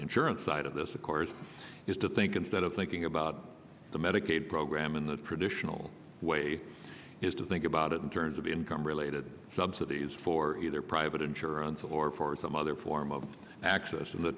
insurance side of this of course is to think instead of thinking about the medicaid program in the traditional way is to think about it in terms of income related subsidies for either private insurance or for some other form of access and the